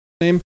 name